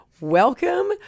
welcome